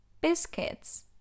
biscuits